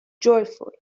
joyful